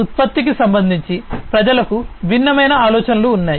ఉత్పత్తికి సంబంధించి ప్రజలకు భిన్నమైన ఆలోచనలు ఉన్నాయి